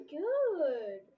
good